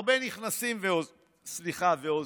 הרבה נכנסים ועוזבים.